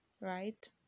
right